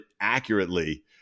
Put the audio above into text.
accurately